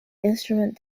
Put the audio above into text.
instrument